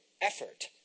effort